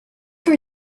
for